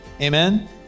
Amen